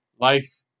life